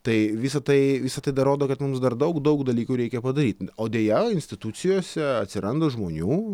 tai visa tai visa tai dar rodo kad mums dar daug daug dalykų reikia padaryti o deja institucijose atsiranda žmonių